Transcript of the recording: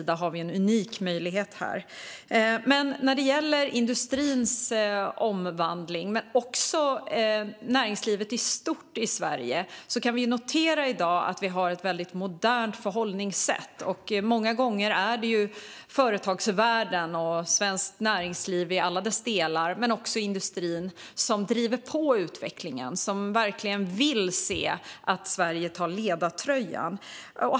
Där har Sverige en unik möjlighet. När det gäller industrins omvandling liksom näringslivet i Sverige i stort har vi i dag ett väldigt modernt förhållningssätt. Många gånger är det företagsvärlden och svenskt näringsliv i alla dess delar men också industrin som driver på utvecklingen och som verkligen vill se att Sverige tar ledartröjan.